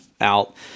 out